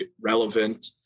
relevant